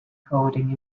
coding